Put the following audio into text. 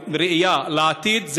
עם ראייה לעתיד.